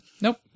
Nope